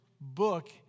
book